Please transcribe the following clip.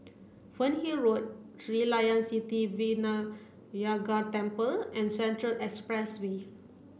Fernhill Road Sri Layan Sithi Vinayagar Temple and Central Expressway